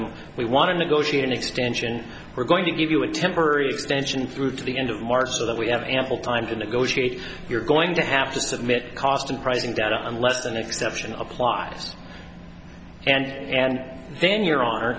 them we want to negotiate an extension we're going to give you a temporary extension through to the end of march so that we have ample time to negotiate you're going to have to submit cost and pricing data unless an exception of clive's and and then your hon